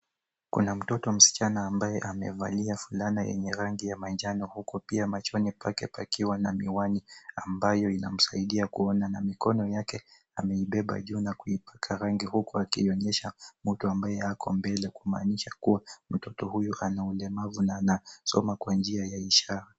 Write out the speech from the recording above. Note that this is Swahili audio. Kuna mtoto msichana ambaye amevalia fulana yenye rangi ya manjano huku pia machoni pake pakiwa na miwani ambayo inamsaidia kuona. Na mikono yake ameibeba juu na kuipaka rangi huku akiionyesha mtu ambaye ako mbele kumaanisha kuwa mtoto huyu ana ulemavu na anasoma kwa njia ya ishara.